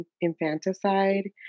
infanticide